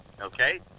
okay